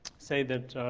say that